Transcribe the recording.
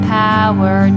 power